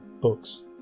books